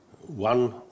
one